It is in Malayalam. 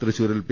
തൃശൂരിൽ പി